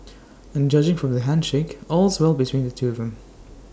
and judging from this handshake all's well between the two of them